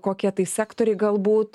kokie tai sektoriai galbūt